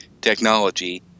technology